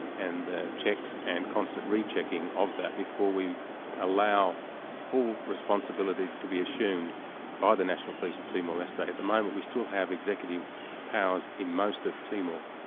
and checks and constant re-checking of that before we allow full responsibility to be assumed by the national police at timor leste. at the moment we still have executive powers in most of timor,